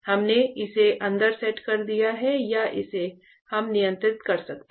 हमने इसे अंदर सेट कर दिया है या इसे हम नियंत्रित कर सकते हैं